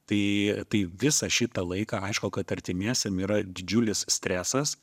tai tai visą šitą laiką aišku kad artimiesiem yra didžiulis stresas